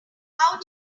how